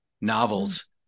novels